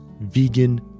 vegan